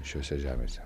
šiose žemėse